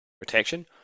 protection